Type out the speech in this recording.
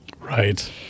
right